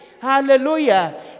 Hallelujah